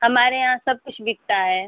हमारे यहाँ सब कुछ बिकता है